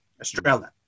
australia